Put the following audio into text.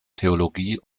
theologie